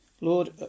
Lord